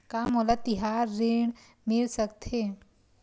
का मोला तिहार ऋण मिल सकथे?